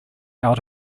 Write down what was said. out